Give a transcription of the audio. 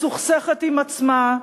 מסוכסכת עם עצמה,